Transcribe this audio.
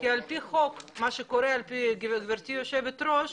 כי על פי חוק, גברתי יושבת הראש,